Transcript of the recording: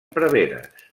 preveres